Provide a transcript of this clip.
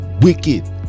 wicked